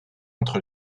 entre